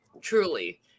Truly